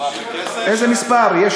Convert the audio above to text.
איזה מספר יש,